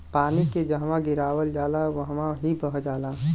पानी के जहवा गिरावल जाला वहवॉ ही बह जाला